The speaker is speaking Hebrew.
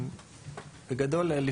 בגדול,